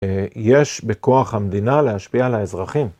יש בכוח המדינה להשפיע על האזרחים.